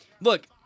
Look